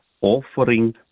offering